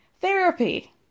Therapy